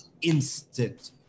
instant